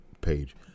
page